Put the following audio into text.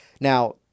Now